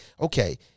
okay